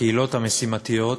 הקהילות המשימתיות,